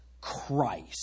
Christ